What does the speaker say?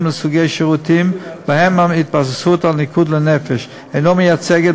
ולסוגי שירותים שבהם התבססות על ניקוד לנפש אינה מייצגת